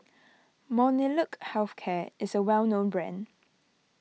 Molnylcke Health Care is a well known brand